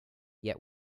yet